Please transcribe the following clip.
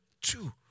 two